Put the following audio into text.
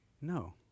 No